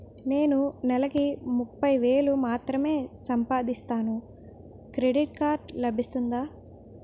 నేను నెల కి ముప్పై వేలు మాత్రమే సంపాదిస్తాను క్రెడిట్ కార్డ్ లభిస్తుందా?